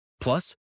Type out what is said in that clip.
Plus